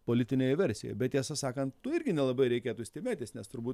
politinėje versija bet tiesą sakant nu irgi nelabai reikėtų stebėtis nes turbūt